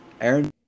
Aaron